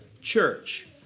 church